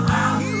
out